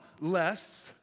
less